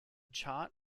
chart